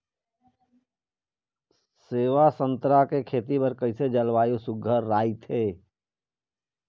सेवा संतरा के खेती बर कइसे जलवायु सुघ्घर राईथे?